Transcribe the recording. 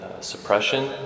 suppression